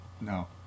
no